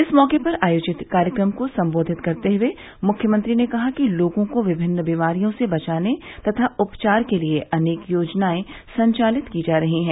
इस मौके पर आयोजित कार्यक्रम को संबोधित करते हुए मुख्यमंत्री ने कहा कि लोगों को विभिन्न बीमारियों से बचाने तथा उपचार के लिए अनेक योजनाए संचालित की जा रही हैं